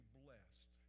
blessed